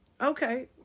okay